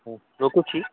ହଁ ରକୁଛି